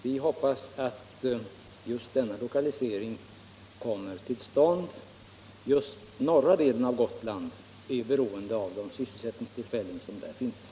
Vi hoppas att lokaliseringen kommer till stånd. Just norra delen av Gotland är beroende av de sysselsättningstillfällen som finns i detta sammanhang.